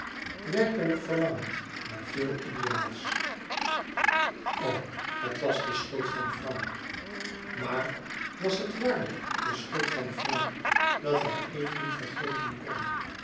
werkelijk verlangend naar veel ideaals o het was de schuld van frank maar was het waarlijk de schuld van frank dat hij eve niet vergeten kon